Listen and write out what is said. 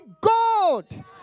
God